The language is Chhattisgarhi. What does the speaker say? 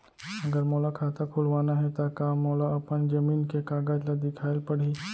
अगर मोला खाता खुलवाना हे त का मोला अपन जमीन के कागज ला दिखएल पढही?